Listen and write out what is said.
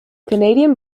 canadian